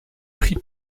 pris